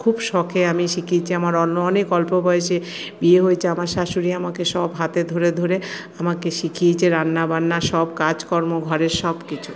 খুব শখে আমি শিখেছি আমার অনেক অল্প বয়সে বিয়ে হয়েছে আমার শাশুড়ি আমাকে সব হাতে ধরে ধরে আমাকে শিখিয়েছে রান্নাবান্না সব কাজকর্ম ঘরের সবকিছু